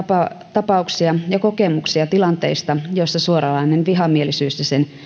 tapauksia ja kokemuksia tilanteista joissa suoranainen vihamielisyys ja sen